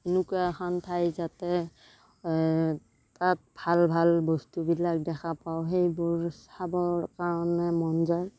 এনেকুৱা এখন ঠাই যাতে তাত ভাল ভাল বস্তুবিলাক দেখা পাওঁ সেইবোৰ চাবৰ কাৰণে মন যায়